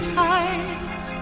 tight